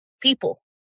people